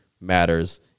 matters